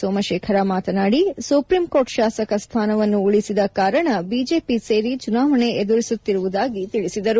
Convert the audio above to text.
ಸೋಮಶೇಖರ್ ಮಾತನಾದಿ ಸುಪ್ರೀಂಕೋರ್ಟ್ ಶಾಸಕ ಸ್ಣಾನವನ್ನು ಉಳಿಸದ ಕಾರಣ ಬಿಜೆಪಿ ಸೇರಿ ಚುನಾವಣೆ ಎದುರಿಸುತ್ತಿರುವುದಾಗಿ ತಿಳಿಸಿದರು